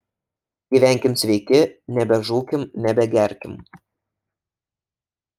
gyvenkim sveiki nebežūkim nebegerkim